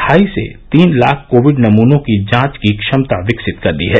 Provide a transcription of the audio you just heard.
ढाई से तीन लाख कोविड नमूनों की जांच की क्षमता विकसित कर ली है